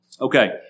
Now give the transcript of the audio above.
Okay